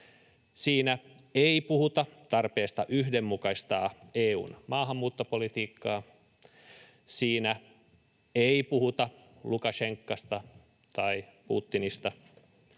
Siinä ei puhuta tarpeesta yhdenmukaistaa EU:n maahanmuuttopolitiikkaa. Siinä ei puhuta Lukašenkasta tai Putinista.